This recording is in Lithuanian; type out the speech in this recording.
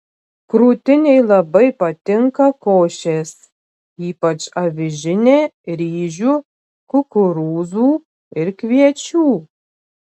krūtinei labai patinka košės ypač avižinė ryžių kukurūzų ir kviečių